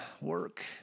work